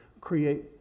create